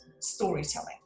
storytelling